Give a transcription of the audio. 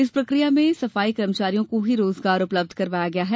इस प्रक्रिया में सफाई कर्मचारियों को ही रोजगार उपलब्ध करवाया गया है